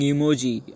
Emoji